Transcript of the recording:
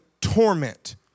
torment